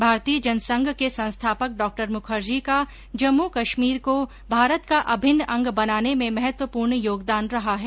भारतीय जनसंघ के संस्थापक डॉक्टर मुखर्जी का जम्मू कश्मीर को भारत का अभिन्न अंग बनाने में महत्वपूर्ण योगदान रहा है